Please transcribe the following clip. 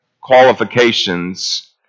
qualifications